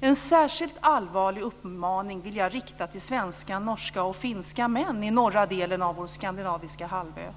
En särskilt allvarlig uppmaning vill jag rikta till svenska, norska och finska män i norra delen av vår skandinaviska halvö.